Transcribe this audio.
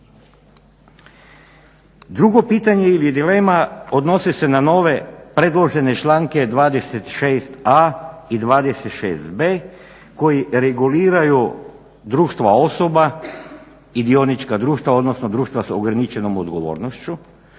Drugo pitanje ili dilema odnosi se na nove predložene članke 26.a i 26.b koji reguliraju društva osoba i dionička društva, odnosno društva s ograničenom odgovornošću